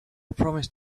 promised